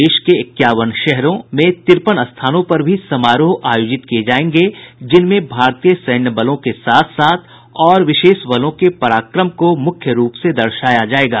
देश के इक्यावन शहरों में तिरपन स्थानों पर भी समारोह आयोजित किए जाएंगे जिनमें भारतीय सैन्य बलों के साथ साथ और विशेष बलों के पराक्रम को मुख्य रूप से दर्शाया जाएगा